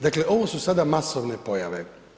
Dakle, ovo su sada masovne pojave.